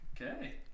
Okay